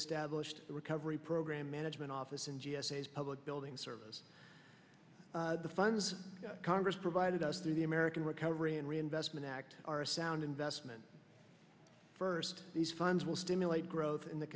established the recovery program management office and g s a public building service the funds congress provided us through the american recovery and reinvestment act our sound investment first these funds will stimulate growth in the